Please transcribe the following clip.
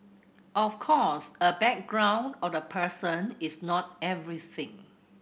of course a background of a person is not everything